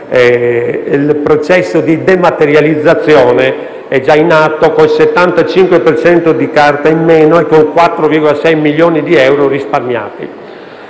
Il processo di dematerializzazione è già in atto con il 75 per cento di carta in meno e con 4,6 milioni di euro risparmiati.